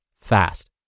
fast